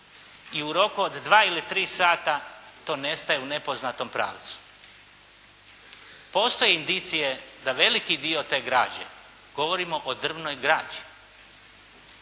i u roku od 2 ili 3 sata to nestaje u nepoznatom pravcu. Postoje indicije da veliki dio te građe, govorimo o drvnoj građi,